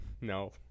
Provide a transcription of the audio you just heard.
no